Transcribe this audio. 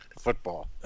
football